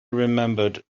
remembered